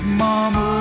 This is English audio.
mama